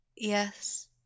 Yes